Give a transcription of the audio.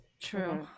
true